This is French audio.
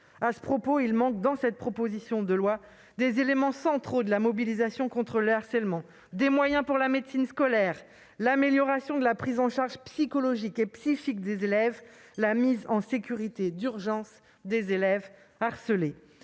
À ce propos, il manque dans cette proposition de loi des éléments centraux de la mobilisation contre le harcèlement : des moyens pour la médecine scolaire, l'amélioration de la prise en charge psychologique et psychique des élèves, la mise en sécurité d'urgence des élèves harcelés.